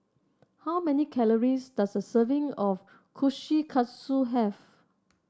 how many calories does a serving of Kushikatsu have